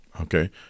Okay